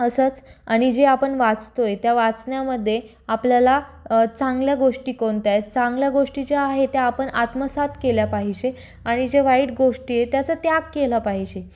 असंच आणि जे आपण वाचतो आहे त्या वाचण्यामध्ये आपल्याला चांगल्या गोष्टी कोणत्या आहेत चांगल्या गोष्टी ज्या आहे त्या आपण आत्मसात केल्या पाहिजे आणि ज्या वाईट गोष्टी आहे त्याचा त्याग केलं पाहिजे